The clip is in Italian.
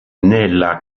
nella